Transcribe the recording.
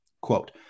Quote